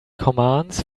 commands